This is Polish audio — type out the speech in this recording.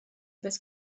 bez